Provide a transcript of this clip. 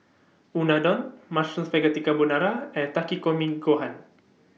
Unadon Mushroom Spaghetti Carbonara and Takikomi Gohan